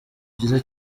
byiza